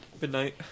midnight